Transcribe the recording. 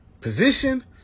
position